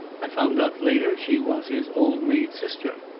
i found out later she was his old maid sister.